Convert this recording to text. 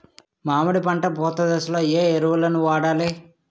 మామిడి పంట పూత దశలో ఏ ఎరువులను వాడాలి?